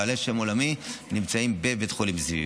בעלי שם עולמי נמצאים בבית חולים זיו,